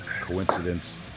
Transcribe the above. Coincidence